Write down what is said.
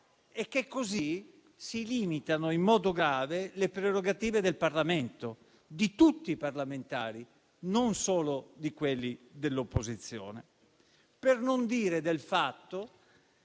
è che così si limitano in modo grave le prerogative del Parlamento, di tutti i parlamentari, non solo di quelli dell'opposizione. Per non dire del fatto